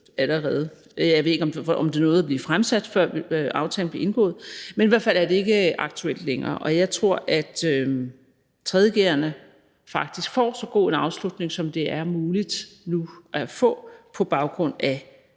i møde. Jeg ved ikke engang, om det nåede at blive fremsat, før aftalen blev indgået, men i hvert fald er det ikke aktuelt længere. Og jeg tror, at 3. g'erne faktisk får så god en afslutning, som det nu er muligt at få på baggrund af